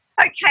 Okay